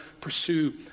pursue